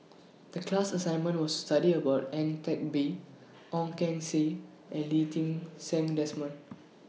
The class assignment was to study about Ang Teck Bee Ong Keng Sen and Lee Ti Seng Desmond